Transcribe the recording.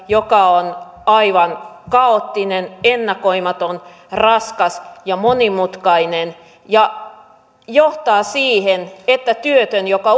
joka on aivan kaoottinen ennakoimaton raskas ja monimutkainen ja johtaa siihen että työtön joka